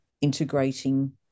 integrating